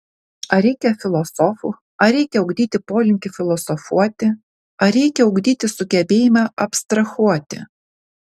ar reikia filosofų ar reikia ugdyti polinkį filosofuoti ar reikia ugdyti sugebėjimą abstrahuoti